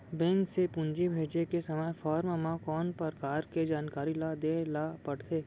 Bank से पूंजी भेजे के समय फॉर्म म कौन परकार के जानकारी ल दे ला पड़थे?